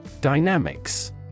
Dynamics